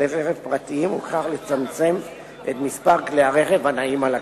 רכב פרטיים ובכך לצמצם את מספר כלי הרכב הנעים על הכבישים.